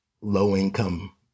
low-income